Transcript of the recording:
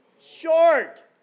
short